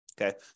Okay